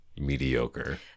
mediocre